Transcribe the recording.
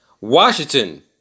Washington